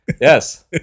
Yes